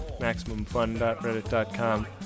maximumfun.reddit.com